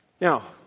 Now